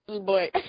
Boy